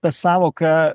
ta sąvoka